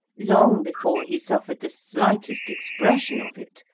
long before he suffered the slightest expression of it,